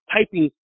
typing